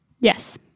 Yes